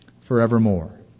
forevermore